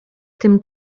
tym